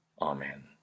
Amen